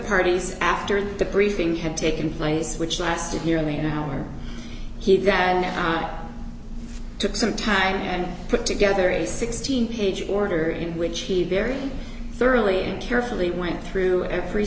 parties after the briefing had taken place which lasted nearly an hour he took some time and put together a sixteen page order in which he very thoroughly and carefully went through every